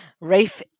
Rafe